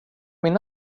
min